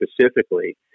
specifically